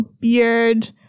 beard